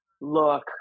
Look